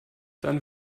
dann